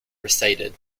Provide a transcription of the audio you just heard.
recited